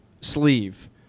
sleeve